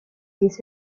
this